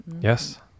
Yes